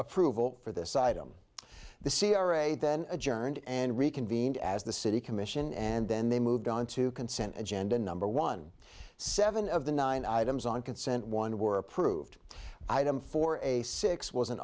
approval for the site i'm the c r a then adjourned and reconvened as the city commission and then they moved on to consent agenda number one seven of the nine items on consent one were approved item for a six was